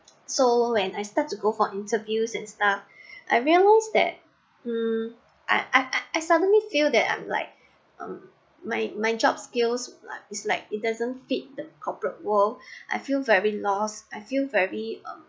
so when I start to go for interviews and stuff I realize that hmm I I I suddenly feel that I'm like um my my job skills is like it doesn't fit the corporate world I feel very lost I feel very um